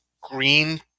green